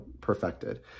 perfected